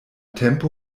tempo